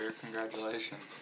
congratulations